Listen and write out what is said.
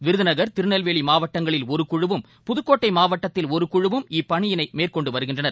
விருதுநகர் திருநெல்வேலி மாவட்டங்களில் ஒரு குழுவும் புதுக்கோட்டை மாவட்டத்தில் ஒரு குழுவும் இப்பணியினை மேற்கொண்டு வருகின்றனர்